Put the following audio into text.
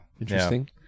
interesting